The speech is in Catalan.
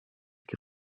que